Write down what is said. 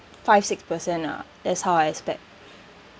five six percent lah that's how I expect